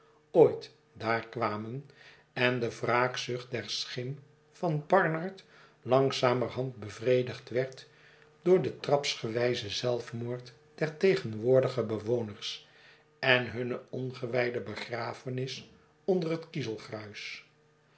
ooit daar kwamen en de wraakzucht der schim van barnard langzamerhand bevredigd werd door den trapswijzen zelfmoord der tegenwoordige bewoners en hunne ongewijde begrafenis onder het